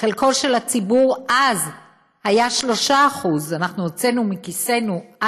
חלקו של הציבור אז היה 30%. אנחנו הוצאנו מכיסנו על